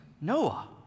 Noah